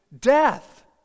death